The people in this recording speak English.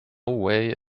way